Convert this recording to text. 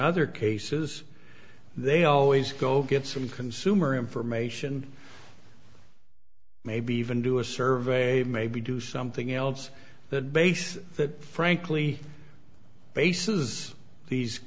other cases they always go get some consumer information maybe even do a survey maybe do something else that base that frankly bases these